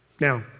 Now